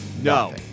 No